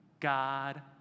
God